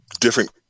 different